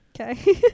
okay